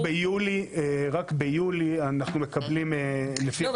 רק ביולי אנחנו מקבלים לפי חוק --- לא,